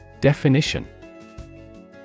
Definition